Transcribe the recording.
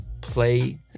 play